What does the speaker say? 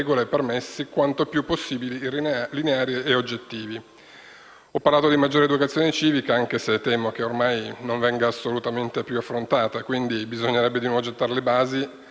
Ho parlato di maggiore educazione civica, anche se temo che ormai non venga più assolutamente affrontata e, quindi, bisognerebbe di nuovo gettare le basi